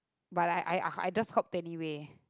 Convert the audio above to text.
but I I I just helped anyway